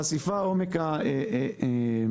מחו"ל אתה לא יודע מאיזו מדינה זה הגיע.